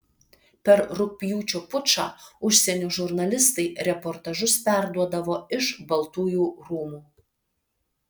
per rugpjūčio pučą užsienio žurnalistai reportažus perduodavo iš baltųjų rūmų